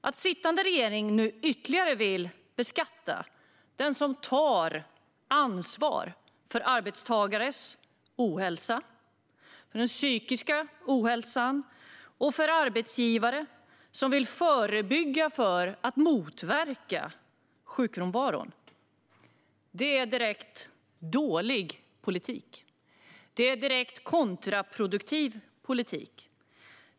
Att den sittande regeringen nu ytterligare vill beskatta den som tar ansvar för arbetstagares ohälsa, för den psykiska ohälsan och för arbetsgivare som vill förebygga och motverka sjukfrånvaro är direkt dålig politik. Det är en direkt kontraproduktiv politik.